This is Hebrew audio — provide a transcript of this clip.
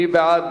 מי בעד?